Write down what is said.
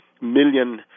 million